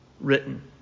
written